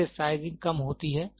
इससे साइज़िंग कम होती है